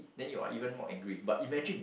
then you are even more angry but imagine